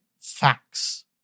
facts